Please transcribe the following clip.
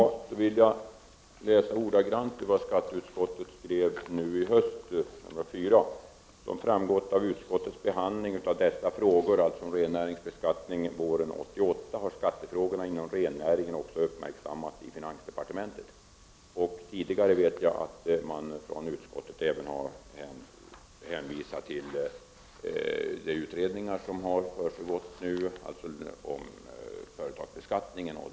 Fru talman! Jag vill ordagrant läsa upp vad skatteutskottet skrev i betänkande 4 nui höst: ”Som framgått vid utskottets behandling av dessa frågor” — alltså rennäringens beskattning — ”våren 1988 har skattefrågorna inom rennäringen också uppmärksammats i finansdepartementet.” Jag vet att utskottet tidigare även har hänvisat till den utredning som har arbetat med företagsbeskattningen.